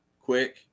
quick